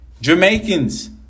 Jamaicans